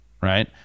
Right